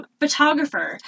photographer